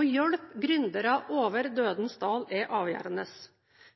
Å hjelpe gründere over dødens dal er avgjørende.